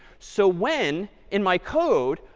so when, in my code,